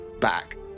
back